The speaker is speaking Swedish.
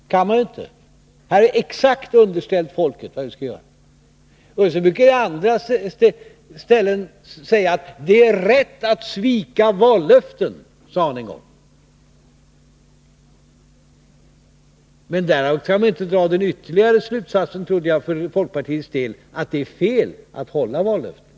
Vi har exakt underställt folket vad vi ville göra. Det är rätt att svika vallöften, sade Ola Ullsten en gång. Jag trodde inte att man därav kunde dra den ytterligare slutsatsen för folkpartiets del att det är fel att hålla vallöften.